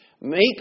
Make